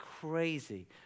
crazy